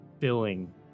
filling